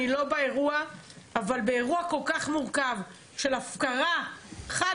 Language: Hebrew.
אבל באירוע כל כך מורכב של הפקרה חד